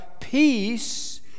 peace